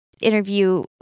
interview